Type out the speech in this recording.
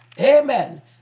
amen